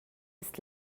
ist